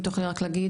אם תוכלי רק להגיד.